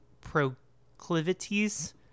proclivities